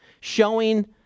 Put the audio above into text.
showing